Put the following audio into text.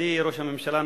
מכובדי ראש הממשלה,